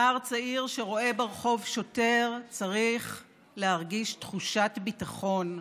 נער צעיר שרואה ברחוב שוטר צריך להרגיש תחושת ביטחון,